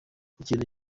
ikintu